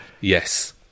Yes